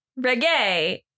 Reggae